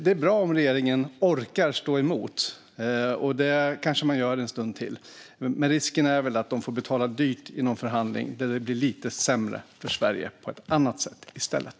Det är bra om regeringen orkar stå emot. Det kanske man gör en stund till, men risken är väl att man får betala dyrt i någon förhandling så att det blir lite sämre för Sverige på ett annat sätt i stället.